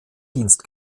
dienst